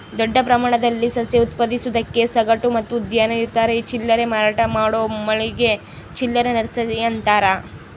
ದೊಡ್ಡ ಪ್ರಮಾಣದಲ್ಲಿ ಸಸ್ಯ ಉತ್ಪಾದಿಸೋದಕ್ಕೆ ಸಗಟು ಮತ್ತು ಉದ್ಯಾನ ಇತರೆ ಚಿಲ್ಲರೆ ಮಾರಾಟ ಮಾಡೋ ಮಳಿಗೆ ಚಿಲ್ಲರೆ ನರ್ಸರಿ ಅಂತಾರ